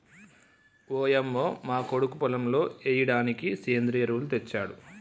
ఓయంమో మా కొడుకు పొలంలో ఎయ్యిడానికి సెంద్రియ ఎరువులు తెచ్చాడు